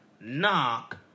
knock